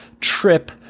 trip